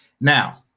now